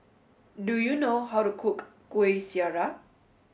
do you know how to cook Kuih Syara